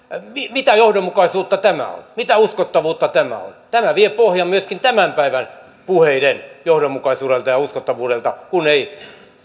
mitä johdonmukaisuutta tämä on mitä uskottavuutta tämä on tämä vie pohjan myöskin tämän päivän puheiden johdonmukaisuudelta ja ja uskottavuudelta kun ei